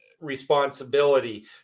responsibility